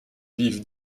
vivent